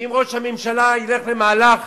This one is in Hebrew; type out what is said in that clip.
ואם ראש הממשלה ילך למהלך